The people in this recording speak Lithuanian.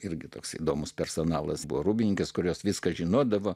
irgi toks įdomus personalas buvo rūbininkės kurios viską žinodavo